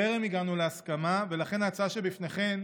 טרם הגענו להסכמה, ולכן ההצעה שבפניכם